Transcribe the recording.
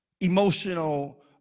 emotional